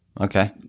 okay